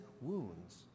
wounds